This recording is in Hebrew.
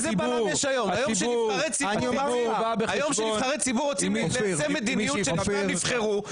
היום כשנבחרי ציבור רוצים ליישם מדיניות לשמה הם נבחרו,